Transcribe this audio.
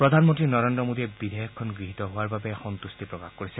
প্ৰধানমন্ত্ৰী নৰেন্দ্ৰ মাদীয়ে বিধেয়কখন গৃহীত হোৱাৰ বাবে সল্তুষ্টি প্ৰকাশ কৰিছ